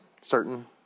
certain